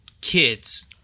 kids